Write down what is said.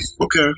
Okay